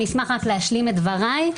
אני אשמח רק להשלים את דבריי.